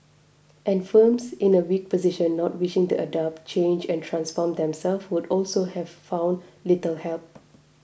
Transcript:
and firms in a weak position not wishing to adapt change and transform themselves would also have found little help